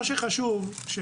מה שחשוב להגיד